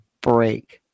break